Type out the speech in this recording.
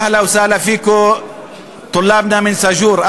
תלמידים מכיתה ה' מבית-הספר היסודי בסאג'ור.